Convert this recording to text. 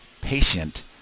patient